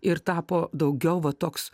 ir tapo daugiau va toks